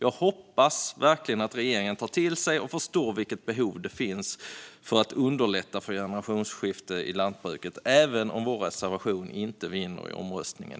Jag hoppas att regeringen tar till sig och förstår vilket behov det finns av att underlätta för generationsskiften i lantbruket, även om vår reservation inte vinner i omröstningen.